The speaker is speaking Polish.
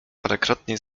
parokrotnie